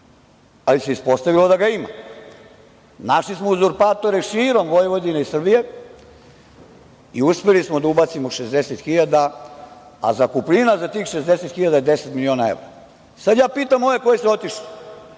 ali se ispostavilo da ga ima. Našli smo uzurpatore širom Vojvodine i Srbije i uspeli smo da ubacimo 60.000, a zakupnina za tih 60.000 je 10 miliona evra. Sad ja pitam ove koji su otišli